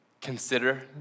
Consider